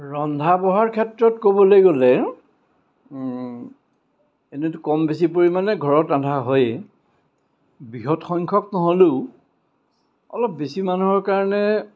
ৰন্ধা বঢ়াৰ ক্ষেত্ৰত ক'বলৈ গ'লে এনেইতো কম বেছি পৰিমাণে ঘৰত ৰন্ধা হয়েই বৃহৎসংখ্যক নহ'লেও অলপ বেছি মানুহৰ কাৰণে